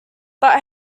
but